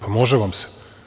Pa, može vam se.